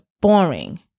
boring